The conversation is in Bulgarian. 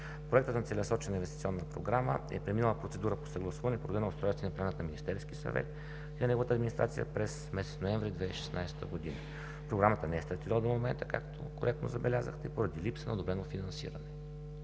Проектът на Целенасочена инвестиционна програма е преминал процедура по съгласуване от страна на Министерския съвет и неговата администрация през месец ноември 2016 г. Програмата не е стартирала до момента, както коректно забелязахте, поради липса на одобрено финансиране.